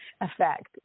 effect